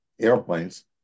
airplanes